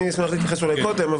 אני אשמח להתייחס קודם.